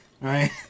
right